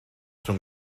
rhwng